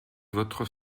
votre